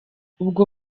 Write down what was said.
ubwo